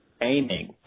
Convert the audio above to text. aiming